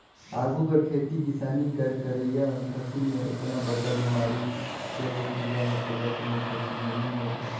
आघु कर खेती किसानी कर करई में फसिल में ओतना बगरा बेमारी चहे कीरा मकोरा कोनो फसिल में नी होवत रहिन